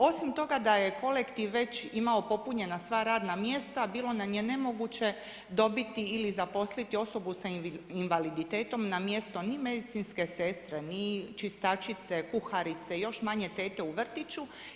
Osim toga da je kolektiv već imao popunjena sva radna mjesta bilo nam je nemoguće dobiti ili zaposliti osobu sa invaliditetom na mjesto ni medicinske sestre, ni čistačice, kuharice, još manje tete u vrtiću.